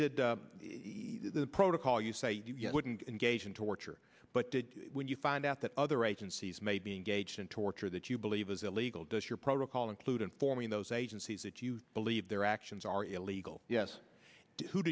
did the protocol you say you wouldn't engage in torture but when you find out that other agencies may be engaged in torture that you believe is illegal does your protocol include informing those agencies that you believe their actions are illegal yes who